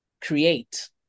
create